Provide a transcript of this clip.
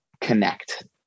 connect